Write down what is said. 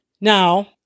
Now